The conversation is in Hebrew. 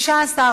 התשע"ג 2013,